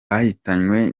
bahitanywe